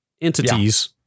entities